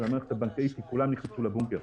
המערכת הבנקאית כי כולם נכנסו לבונקר,